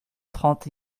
trente